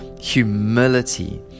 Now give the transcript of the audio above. humility